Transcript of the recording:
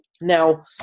Now